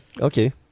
okay